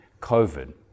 COVID